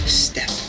step